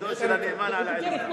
ידו של הנאמן על העליונה.